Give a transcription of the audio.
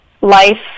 life